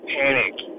panic